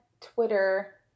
Twitter